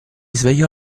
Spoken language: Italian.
svegliò